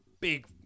big